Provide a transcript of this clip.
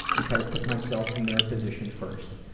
and try to put myself in their position first.